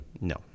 No